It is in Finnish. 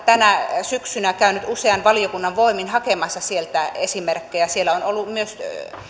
tänä syksynä käynyt usean valiokunnan voimin hakemassa sieltä esimerkkejä siellä on ollut myös